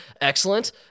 Excellent